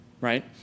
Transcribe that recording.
Right